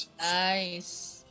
Nice